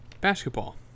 basketball